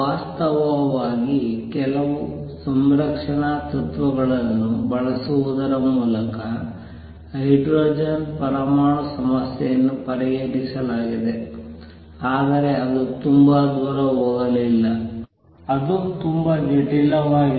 ವಾಸ್ತವವಾಗಿ ಕೆಲವು ಸಂರಕ್ಷಣಾ ತತ್ವಗಳನ್ನು ಬಳಸುವುದರ ಮೂಲಕ ಹೈಡ್ರೋಜನ್ ಪರಮಾಣು ಸಮಸ್ಯೆಯನ್ನು ಪರಿಹರಿಸಲಾಗಿದೆ ಆದರೆ ಅದು ತುಂಬಾ ದೂರ ಹೋಗಲಿಲ್ಲ ಅದು ತುಂಬಾ ಜಟಿಲವಾಗಿದೆ